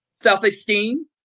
self-esteem